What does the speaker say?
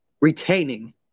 retaining